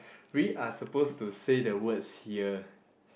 we are supposed to say the words here